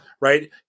right